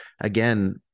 again